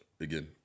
again